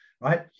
Right